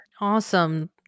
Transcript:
Awesome